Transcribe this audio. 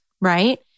right